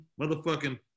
motherfucking